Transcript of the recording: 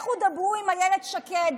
לכו דברו עם אילת שקד,